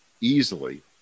easily